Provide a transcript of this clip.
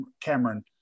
Cameron